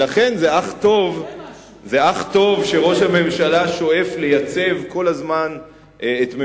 אבל יושבים על כיסא כדי לקדם משהו.